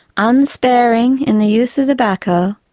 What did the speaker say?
unsparing in use of the backhoe,